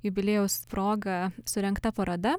jubiliejaus proga surengta paroda